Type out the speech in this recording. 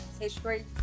history